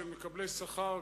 של מקבלי שכר,